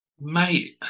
Mate